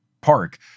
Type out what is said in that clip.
park